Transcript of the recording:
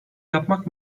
yapmak